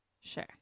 Sure